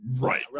Right